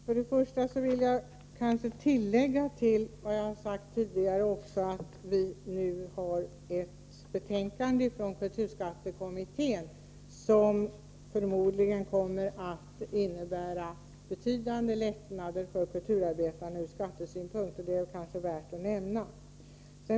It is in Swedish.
Fru talman! Först och främst vill jag tillägga till vad jag har sagt tidigare att kulturskattekommittén nu har framlagt ett betänkande, som förmodligen kommer att innebära betydande lättnader för kulturarbetarna från skattesynpunkt. Det är kanske värt att nämna.